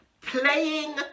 playing